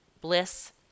bliss